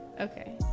Okay